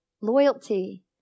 Loyalty